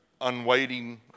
unwaiting